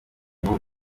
nibwo